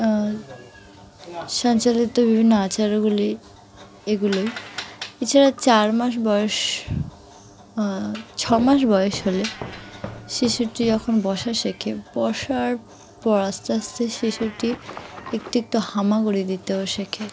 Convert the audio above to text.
সঞ্চালিত বিভিন্ন আচারগুলি এগুলোই এছাড়া চার মাস বয়স ছ মাস বয়স হলে শিশুটি যখন বসা শেখে বসার পর আস্তে আস্তে শিশুটি একটু একটু হামাগুড়ি গিয়ে দিতেও শেখে